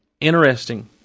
interesting